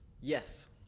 Yes